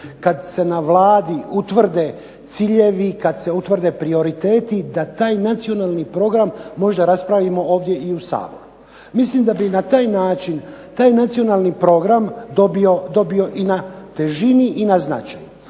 kad se na Vladi utvrde ciljevi, kad se utvrde prioriteti, da taj nacionalni program možda raspravimo ovdje i u Saboru. Mislim da bi na taj način taj nacionalni program dobio i na težini i na značaju.